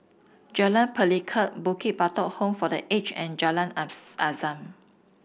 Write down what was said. Jalan Pelikat Bukit Batok Home for The Age and Jalan Azam